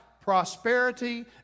prosperity